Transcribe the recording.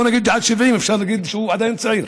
בוא נגיד שעד 70 אפשר להגיד שהוא עדיין צעיר.